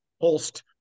pulsed